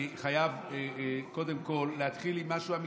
אני חייב קודם כול להתחיל עם משהו אמיתי.